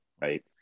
Right